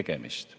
tegemist